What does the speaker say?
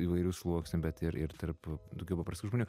įvairių sluoksnių bet ir ir tarp tokių paprastų žmonių